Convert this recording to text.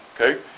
okay